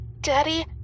Daddy